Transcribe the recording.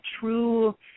true